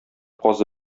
казы